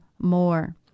more